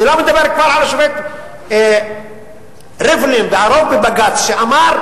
אני כבר לא מדבר על השופט ריבלין והרוב בבג"ץ שאמר: